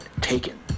taken